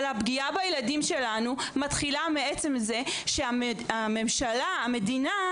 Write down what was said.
אבל הפגיעה בילדים שלנו מתחילה מעצם זה שהממשלה והמדינה,